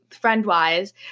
friend-wise